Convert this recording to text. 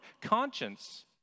conscience